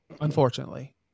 unfortunately